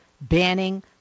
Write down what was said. banning